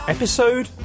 episode